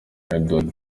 edward